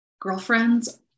girlfriends